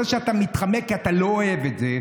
זה שאתה מתחמק כי אתה לא אוהב את זה,